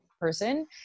person